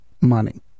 money